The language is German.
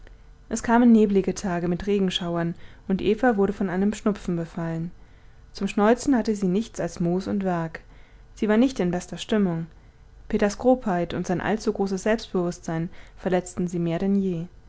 es kamen neblige tage mit regenschauern und eva wurde von einem schnupfen befallen zum schneuzen hatte sie nichts als moos und werg sie war nicht in bester stimmung peters grobheit und sein allzu großes selbstbewußtsein verletzten sie mehr denn je